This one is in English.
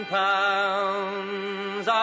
pounds